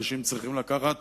אנשים צריכים לקחת